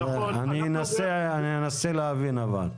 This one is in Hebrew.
ננסה להבין.